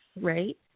right